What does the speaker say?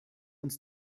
uns